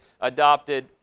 adopted